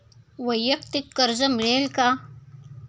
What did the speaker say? वैयक्तिक कर्ज मिळेल का?